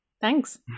Thanks